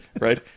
right